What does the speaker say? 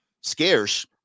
scarce